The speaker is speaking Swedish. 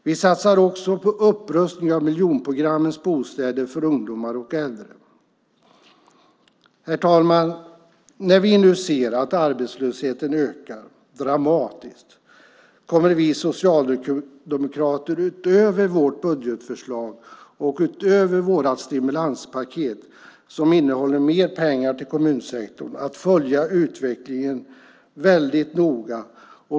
Vi satsar också på upprustning av miljonprogrammens bostäder för ungdomar och äldre. Herr talman! När vi nu ser att arbetslösheten ökar dramatiskt kommer vi socialdemokrater, förutom vårt budgetförslag och vårt stimulanspaket, som innehåller mer pengar till kommunsektorn, att följa utvecklingen väldigt noga.